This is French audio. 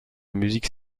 musique